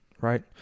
right